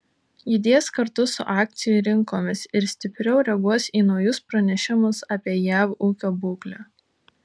judės kartu su akcijų rinkomis ir stipriau reaguos į naujus pranešimus apie jav ūkio būklę